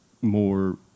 more